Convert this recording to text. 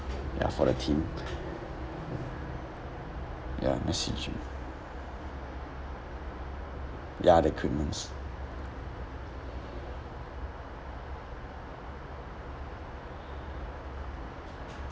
ya for the team ya messy gym ya the equipments